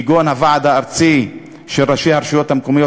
כגון הוועד הארצי של ראשי הרשויות המקומיות